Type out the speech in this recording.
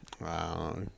Wow